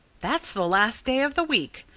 that's the last day of the week,